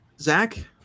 Zach